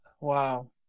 Wow